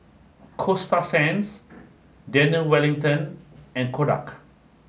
Coasta Sands Daniel Wellington and Kodak